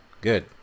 Good